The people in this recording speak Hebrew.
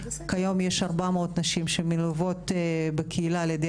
כיום יש 400 נשים שמלוות בקהילה על ידי